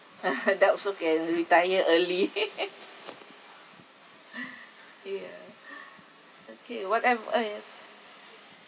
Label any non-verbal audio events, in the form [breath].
[laughs] adult also can retire early [laughs] ya [breath] okay whatever is